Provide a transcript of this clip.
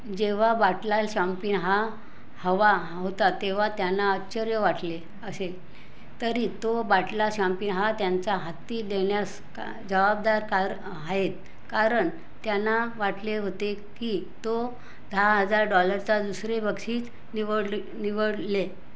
जेव्हा बाटलाल शॅम्पिन हा हवा होता तेव्हा त्यांना आश्र्चर्य वाटले असेल तरी तो बाटला शॅम्पिन हा त्यांचा हाती देण्यास का जबाबदार कार आहेत कारण त्यांना वाटले होते की तो दहा हजार डॉलरचा दुसरे बक्षीस निवडले निवडले